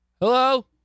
Hello